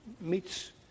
meets